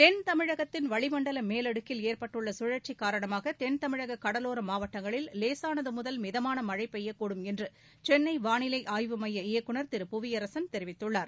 தென்தமிழகத்தின் வளிமண்டல மேலடுக்கில் ஏற்பட்டுள்ள சுழற்சி காரணமாக தென்தமிழக கடலோர மாவட்டங்களில் லேசானது முதல் மிதமான மழை பெய்யக்கூடும் என்று சென்னை வானிலை ஆய்வுமைய இயக்குநர் திரு புவியரசன் தெரிவித்துள்ளார்